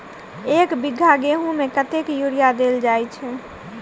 एक बीघा गेंहूँ मे कतेक यूरिया देल जाय छै?